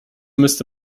müsste